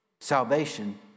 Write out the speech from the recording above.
Salvation